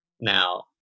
Now